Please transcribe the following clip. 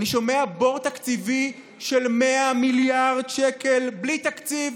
אני שומע בור תקציבי של 100 מיליארד שקל בלי תקציב